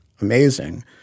amazing